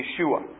Yeshua